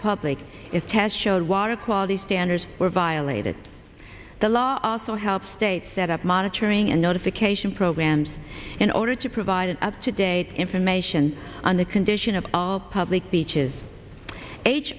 public is tests showed water quality standards were violated the law also helps states set up monitoring and notification programs in order to provide up to date information on the condition of all public beaches